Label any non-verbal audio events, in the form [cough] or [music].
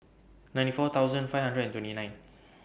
ninety four thousand five hundred and twenty nine [noise]